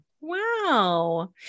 wow